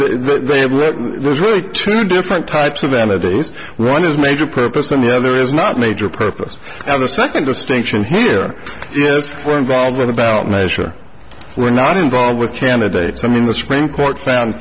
they have really two different types of vanities one is major purpose and the other is not major purpose and the second distinction here yes we're involved with a ballot measure we're not involved with candidates i mean the supreme court found